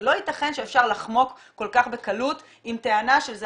לא ייתכן שאפשר לחמוק כל כך בקלות עם טענה שזה